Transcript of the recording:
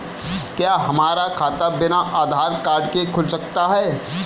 क्या हमारा खाता बिना आधार कार्ड के खुल सकता है?